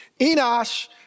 Enosh